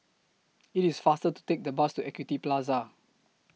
IT IS faster to Take The Bus to Equity Plaza